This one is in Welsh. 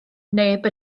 neb